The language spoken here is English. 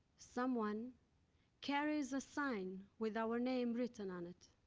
someone carries a sign with our name written on it,